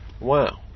Wow